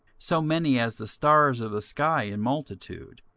so many as the stars of the sky in multitude,